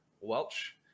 Welch